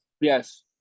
Yes